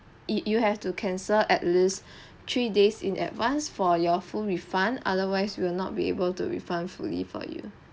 you you have to cancel at least three days in advance for your full refund otherwise we'll not be able to refund fully for you